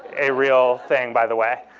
a real thing, by the way.